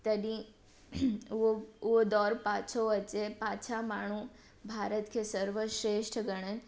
तॾहिं उहो उहो दौरु पाछो अचे पाछा माण्हू भारत खे सर्वक्षेष्ठ घणे